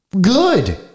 Good